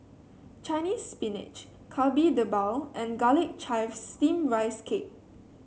Chinese Spinach Kari Debal and Garlic Chives Steamed Rice Cake